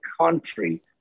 country